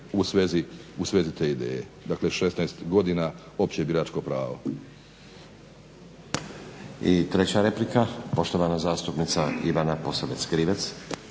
u svezi te ideje, dakle 16 godina opće biračko pravo. **Stazić, Nenad (SDP)** I treća replika, poštovana zastupnica Ivana Posavec Krivec.